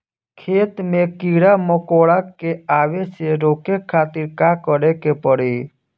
खेत मे कीड़ा मकोरा के आवे से रोके खातिर का करे के पड़ी?